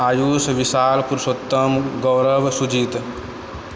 Ayush Vishal Purushottam Gaurav Sujit